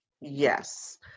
yes